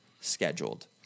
scheduled